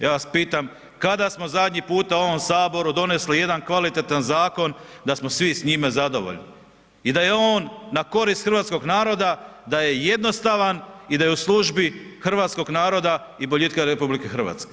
Ja vas pitam kada smo zadnji puta u ovom Saboru donijeli jedan kvalitetan zakon da smo svi s njime zadovoljni i da je on na korist hrvatskog naroda, da je jednostavan i da je u službi hrvatskog naroda i boljitka RH.